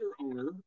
owner